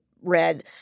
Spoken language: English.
read